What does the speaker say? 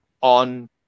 on